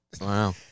Wow